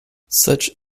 such